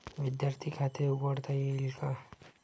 विद्यार्थी खाते उघडता येईल का?